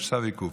יש צו עיכוב.